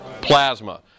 Plasma